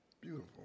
beautiful